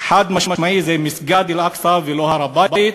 חד-משמעית זה מסגד אל-אקצא ולא הר-הבית.